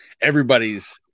everybody's